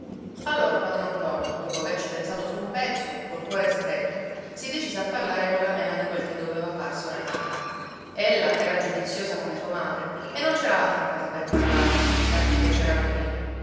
allora padron ntoni dopo averci pensato su un pezzo col cuore stretto si decise a parlare colla mena di quel che doveva farsi oramai ella era giudiziosa come sua madre e non c'era altri in casa per parlarne di tanti che c'erano prima